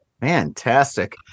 Fantastic